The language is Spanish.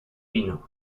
pino